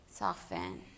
Soften